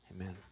Amen